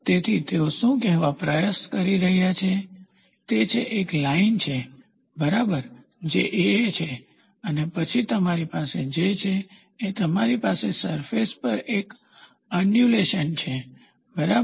તેથી તેઓ શું કહેવાનો પ્રયાસ કરી રહ્યાં છે તે છે એક લાઇન છે બરાબર જે AA છે અને પછી તમારી પાસે જે છે તે તમારી પાસે સરફેસ પર એક અનડ્યુંલેશન છે બરાબર